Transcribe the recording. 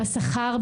בשכר,